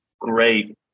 great